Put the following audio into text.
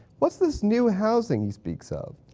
what's this new housing he speaks of?